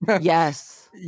yes